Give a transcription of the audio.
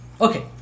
Okay